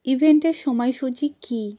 ইভেন্টের সময়সূচী কী